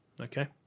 Okay